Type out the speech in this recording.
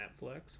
Netflix